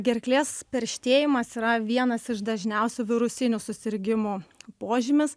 gerklės perštėjimas yra vienas iš dažniausių virusinių susirgimų požymis